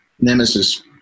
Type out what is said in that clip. Nemesis